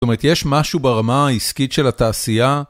זאת אומרת, יש משהו ברמה העסקית של התעשייה.